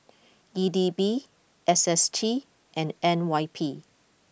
E D B S S T and N Y P